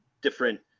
different